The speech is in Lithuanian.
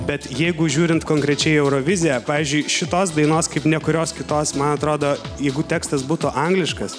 bet jeigu žiūrint konkrečiai į euroviziją pavyzdžiui šitos dainos kaip ne kurios kitos man atrodo jeigu tekstas būtų angliškas